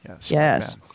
Yes